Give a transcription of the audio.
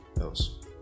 else